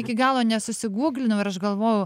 iki galo nesusigūglinau ir aš galvojau